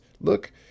look